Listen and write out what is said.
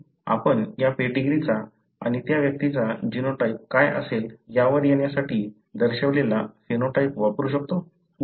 आपण या पेडीग्रीचा आणि त्या व्यक्तीचा जीनोटाइप काय असेल यावर येण्यासाठी दर्शवलेला फेनोटाइप वापरू शकतो